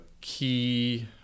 key